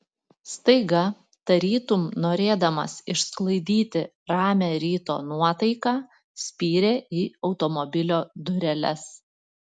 staiga tarytum norėdamas išsklaidyti ramią ryto nuotaiką spyrė į automobilio dureles